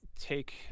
take